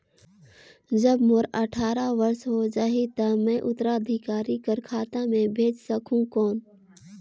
जब मोर अट्ठारह वर्ष हो जाहि ता मैं उत्तराधिकारी कर खाता मे भेज सकहुं कौन?